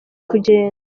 kugenda